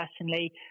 personally